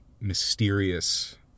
mysterious